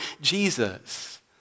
Jesus